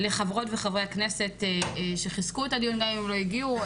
לחברי וחברות הכנסת שחיזקו את הדיון גם אם הם לא הגיעו,